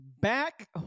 back